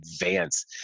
advance